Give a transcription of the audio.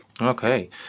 Okay